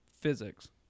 physics